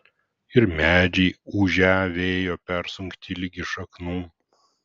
ir medžiai ūžią vėjo persunkti ligi šaknų